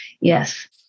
yes